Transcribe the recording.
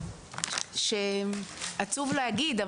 שעצוב להגיד,